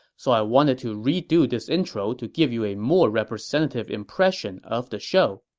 so i wanted to redo this intro to give you a more representative impression of the show.